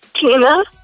Tina